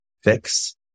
fix